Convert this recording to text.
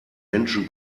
menschen